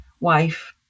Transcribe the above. wife